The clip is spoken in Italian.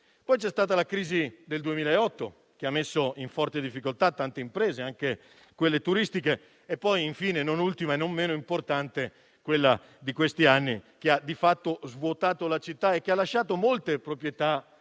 Poi c'è stata la crisi del 2008, che ha messo in forte difficoltà tante imprese, anche quelle turistiche. Poi infine, non ultima e non meno importante, quella di questi anni, che ha di fatto svuotato la città e ha lasciato molte proprietà